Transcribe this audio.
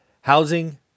Housing